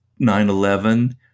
9-11